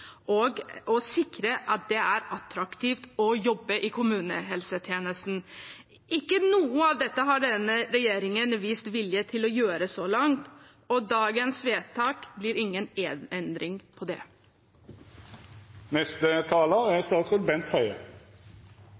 og å sikre at det er attraktivt å jobbe i kommunehelsetjenesten. Ikke noe av dette har denne regjeringen vist vilje til å gjøre så langt, og dagens vedtak gir ingen endring på det. Jeg er